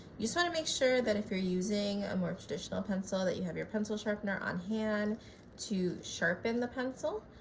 you just want to make sure that if you're using a more traditional pencil that you have your pencil sharpener on hand to sharpen the pencil.